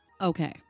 Okay